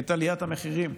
את עליית המחירים.